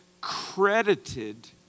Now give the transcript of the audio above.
credited